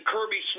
Kirby